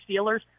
Steelers